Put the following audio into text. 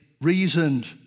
reasoned